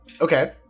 Okay